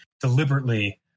deliberately